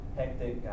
hectic